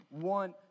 one